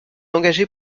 engagé